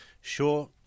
sure